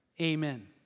Amen